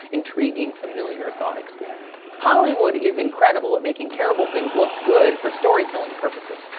intriguing, familiar thought experiment. hollywood is incredible at making terrible things look good for storytelling purposes,